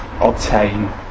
obtain